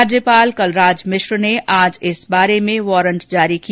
राज्यपाल कलराज मिश्र ने आज इस बारे में वारन्ट जारी किया